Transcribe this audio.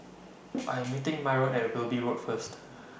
I Am meeting Myron At Wilby Road First